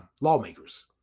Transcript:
lawmakers